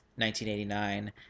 1989